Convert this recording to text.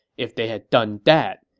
if they had done that,